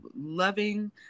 loving